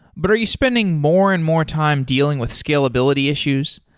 but are you spending more and more time dealing with scalability issues?